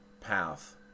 path